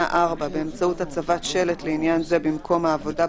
4 באמצעות הצבת שלט לעניין זה במקום העבודה,